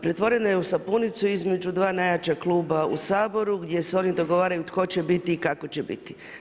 Pretvorena je u sapunicu između 2 najjača kluba u Saboru, gdje se oni dogovaraju tko će biti i kako će biti.